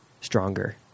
stronger